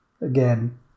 Again